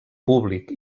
públic